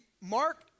Mark